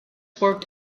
worked